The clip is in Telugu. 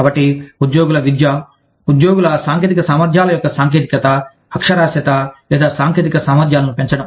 కాబట్టి ఉద్యోగుల విద్య ఉద్యోగుల సాంకేతిక సామర్థ్యాల యొక్క సాంకేతికత అక్షరాస్యత లేదా సాంకేతిక సామర్థ్యాలను పెంచడం